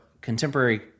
contemporary